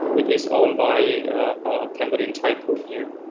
which is owned by a cambodian tycoon here.